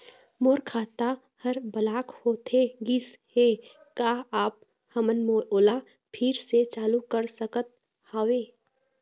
मोर खाता हर ब्लॉक होथे गिस हे, का आप हमन ओला फिर से चालू कर सकत हावे?